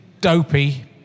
dopey